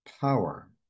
power